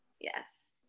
yes